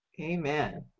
Amen